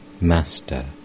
Master